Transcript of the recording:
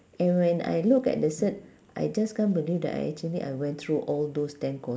and when I look at the cert I just can't believe that I actually I went through all those ten cour~